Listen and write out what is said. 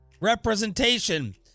representation